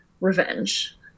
revenge